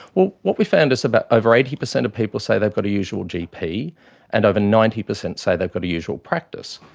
well, what we found is about over eighty percent of people say they've got a usual gp and over ninety percent say they've got a usual practice.